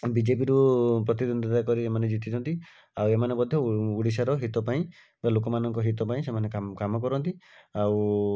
ବିଜେପିରୁ ପ୍ରତିନ୍ଦୋଦିତା କରି ଏମାନେ ଜିତିଛନ୍ତି ଆଉ ଏମାନେ ମଧ୍ୟ ଓଡ଼ିଶାର ହିତ ପାଇଁ ଓ ଲୋକମାନଙ୍କ ହିତ ପାଇଁ ସେମାନେ କାମ କାମ କରନ୍ତି ଆଉ